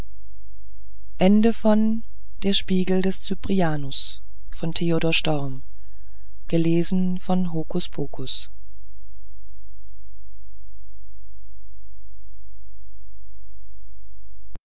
der spiegel des cyprianus